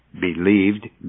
believed